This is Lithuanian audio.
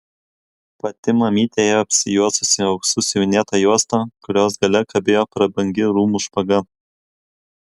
pati mamytė ėjo apsijuosusi auksu siuvinėta juosta kurios gale kabėjo prabangi rūmų špaga